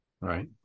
Right